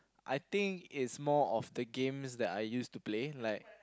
I think it's more of the games that I used to play like